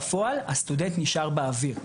בפועל, הסטודנט נשאר באוויר.